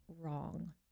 wrong